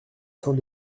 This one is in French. saint